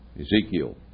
Ezekiel